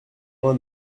l’un